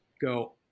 go